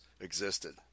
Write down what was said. existed